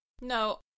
no